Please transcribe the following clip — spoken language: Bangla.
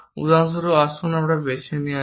উদাহরণস্বরূপ আসুন এটি বেছে নেওয়া যাক